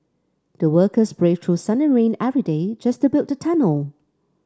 the workers braved through sun and rain every day just to build the tunnel